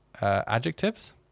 Adjectives